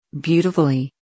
Beautifully